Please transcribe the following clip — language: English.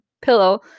pillow